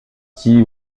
qui